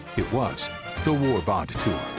it was the war bond tour.